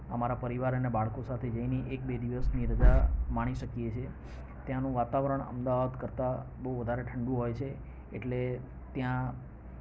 અમારા પરિવાર અને બાળકો સાથે જઈને એક બે દિવસની રજા માણી શકીએ છીએ ત્યાંનું વાતાવરણ અમદાવાદ કરતાં બહુ વધારે ઠંડુ હોય છે એટલે ત્યાં